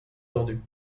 tordus